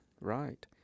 right